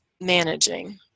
managing